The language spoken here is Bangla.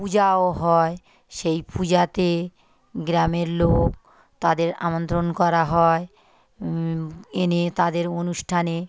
পূজাও হয় সেই পূজাতে গ্রামের লোক তাদের আমন্ত্রণ করা হয় এনে তাদের অনুষ্ঠানে